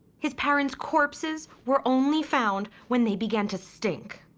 his parents' corpses were only found when they began to stink.